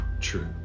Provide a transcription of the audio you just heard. true